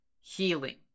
Healing